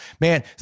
man